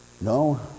No